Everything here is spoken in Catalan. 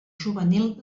juvenil